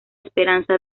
esperanza